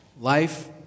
Life